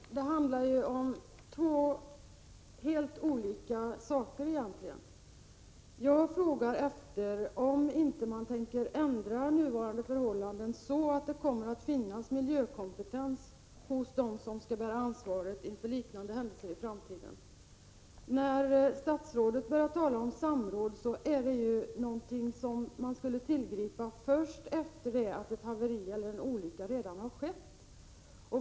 Herr talman! Det handlar egentligen om två helt olika saker. Jag frågar efter om man inte tänker ändra nuvarande förhållanden så att det kommer att finnas miljökompetens hos dem som skall bära ansvaret inför liknande händelser i framtiden. Statsrådet talar om samråd, men det är något som man tillgriper först efter det att ett haveri eller en olycka har inträffat.